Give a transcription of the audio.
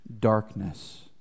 darkness